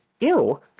Ew